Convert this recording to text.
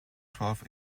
twelve